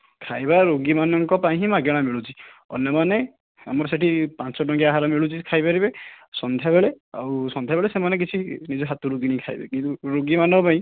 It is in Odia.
ଖାଇବା ରୋଗୀମାନଙ୍କ ପାଇଁ ହିଁ ମାଗଣା ମିଳୁଛି ଅନ୍ୟମାନେ ଆମର ସେଇଠି ପାଞ୍ଚ ଟଙ୍କିଆ ଆହାର ମିଳୁଛି ଖାଇପାରିବେ ସନ୍ଧ୍ୟାବେଳେ ଆଉ ସନ୍ଧ୍ୟାବେଳେ ସେମାନେ କିଛି ନିଜ ହାତରୁ କିଣି ଖାଇବେ କିନ୍ତୁ ରୋଗୀମାନଙ୍କ ପାଇଁ